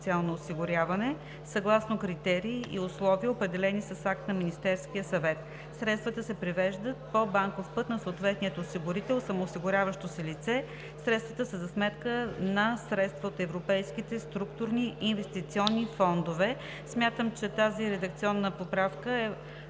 съгласно критерии и условия, определени с акт на Министерския съвет. Средствата се превеждат по банков път на съответния осигурител/самоосигуряващо се лице. Средствата са за сметка на средства от Европейските структурни и инвестиционни фондове.“ Смятам, че тази редакционна поправка ще